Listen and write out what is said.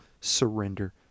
surrender